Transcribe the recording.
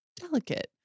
delicate